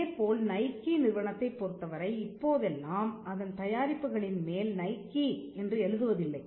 இதைப்போல நைகீ நிறுவனத்தைப் பொறுத்தவரை இப்போதெல்லாம் அதன் தயாரிப்புகளின் மேல் நைகீ என்று எழுதுவதில்லை